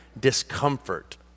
discomfort